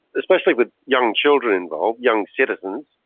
especially with young children involved, young citizens,